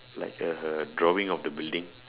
like a drawing of the building